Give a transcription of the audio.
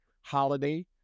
holiday